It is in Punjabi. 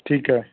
ਠੀਕ ਹੈ